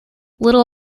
little